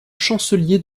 chancelier